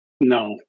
No